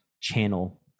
channel